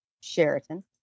Sheraton